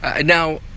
Now